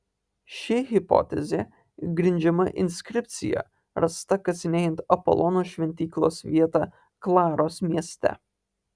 ši hipotezė grindžiama inskripcija rasta kasinėjant apolono šventyklos vietą klaros mieste